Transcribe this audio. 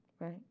right